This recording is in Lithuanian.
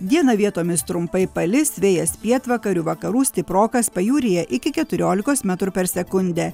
dieną vietomis trumpai palis vėjas pietvakarių vakarų stiprokas pajūryje iki keturiolikos metrų per sekundę